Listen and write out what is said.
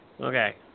Okay